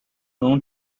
可能